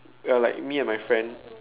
well like me and my friend